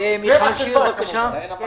תשובה.